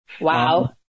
Wow